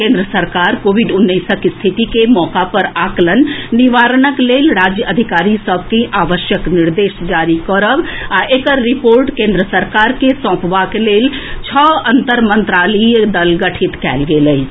केन्द्र सरकार कोविड उन्नैसक स्थितिक मौका पर आकलन निवारणक लेल राज्य अधिकारी सभ के आवश्यक निर्देश जारी करब आ एकर रिपोर्ट केन्द्र सरकार के सौंपबाक लेल छओ अन्तर मंत्रालीय दल गठित कएल गेल अछि